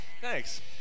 Thanks